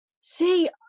See